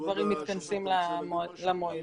הדברים מתכנסים למועד.